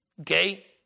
okay